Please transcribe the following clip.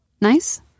Nice